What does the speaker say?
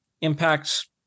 impacts